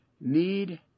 need